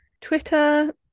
twitter